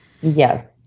Yes